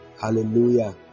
Hallelujah